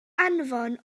anfon